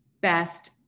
best